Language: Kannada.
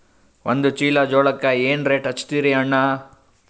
ಒಂದ ಚೀಲಾ ಜೋಳಕ್ಕ ಏನ ರೇಟ್ ಹಚ್ಚತೀರಿ ಅಣ್ಣಾ?